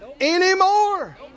anymore